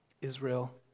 Israel